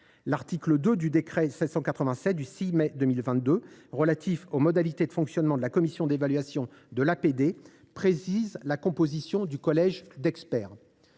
L’article 2 du décret n° 2022 787 du 6 mai 2022 relatif aux modalités de fonctionnement de la commission d’évaluation de l’APD précise la composition du collège d’experts.